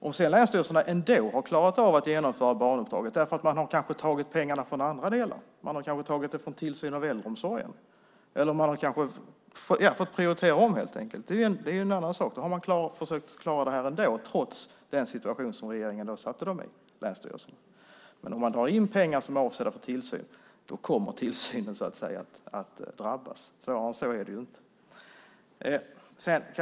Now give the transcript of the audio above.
Om länsstyrelserna ändå har klarat av att genomföra barnuppdraget, genom att ta pengar från andra delar, kanske från tillsynen av äldreomsorgen, eller fått prioritera om är det en annan sak. Då har länsstyrelserna försökt klara det här trots den situation som regeringen försatte dem i. Om man drar in pengar som är avsedda för tillsyn kommer tillsynen att drabbas.